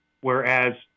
whereas